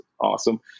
awesome